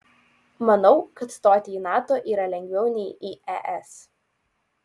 manau kad stoti į nato yra lengviau nei į es